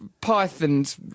pythons